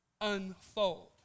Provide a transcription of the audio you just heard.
unfold